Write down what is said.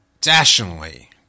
dashingly